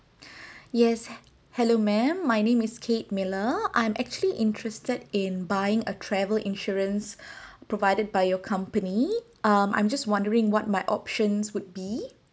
yes hello ma'am my name is kate miller I'm actually interested in buying a travel insurance provided by your company um I'm just wondering what my options would be